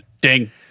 Ding